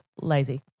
lazy